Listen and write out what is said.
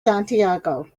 santiago